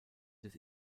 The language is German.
des